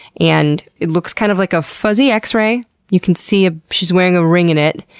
and it looks kind of like a fuzzy x-ray. you can see ah she's wearing a ring in it.